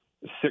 Six